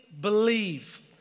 believe